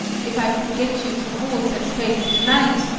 if i could get you to hold such faith to-night,